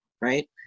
Right